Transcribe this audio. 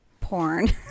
porn